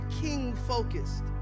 king-focused